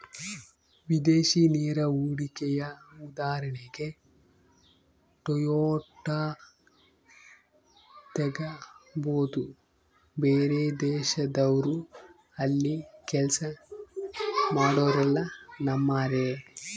ವಿದೇಶಿ ನೇರ ಹೂಡಿಕೆಯ ಉದಾಹರಣೆಗೆ ಟೊಯೋಟಾ ತೆಗಬೊದು, ಬೇರೆದೇಶದವ್ರು ಅಲ್ಲಿ ಕೆಲ್ಸ ಮಾಡೊರೆಲ್ಲ ನಮ್ಮರೇ